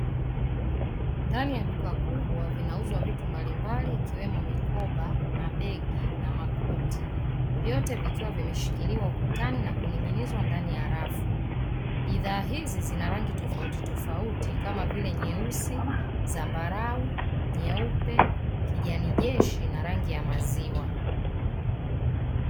Ndani ya duka kubwa vinauzwa vitu mbalimbali, ikiwemo: mikoba, mabegi na makoti; vyote vikiwa vimeshikiliwa ukutani na kuning'inizwa ndani ya rafu. Bidhaa hizi zina rangi tofautitofauti, kama vile: nyeusi, zambarau, nyeupe, kijani jeshi na rangi ya maziwa.